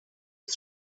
ius